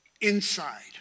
inside